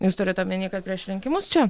jūs turit omeny kad prieš rinkimus čia